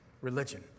religion